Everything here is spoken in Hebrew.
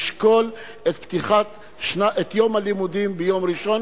לשקול את פתיחת יום הלימודים ביום ראשון